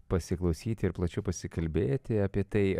pasiklausyti ir plačiau pasikalbėti apie tai